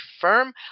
firm